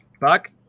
buck